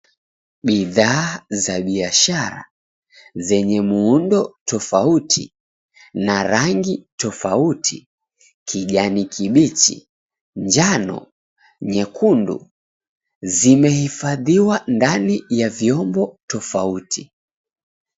Bidhaa za biashara zenye muundo tofauti na rangi tofauti, kijani kibichi, njano, nyekundu zimehifadhiwa ndani ya vyombo tofauti.